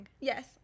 Yes